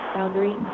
Boundary